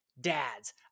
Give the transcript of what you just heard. Dads